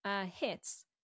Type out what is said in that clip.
hits